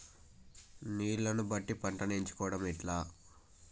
నీళ్లని బట్టి పంటను ఎంచుకోవడం ఎట్లా?